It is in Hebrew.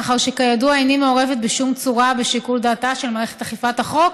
מאחר שכידוע איני מעורבת בשום צורה בשיקול דעתה של מערכת אכיפת החוק.